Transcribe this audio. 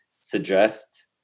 suggest